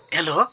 Hello